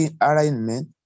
alignment